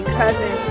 cousin